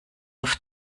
auf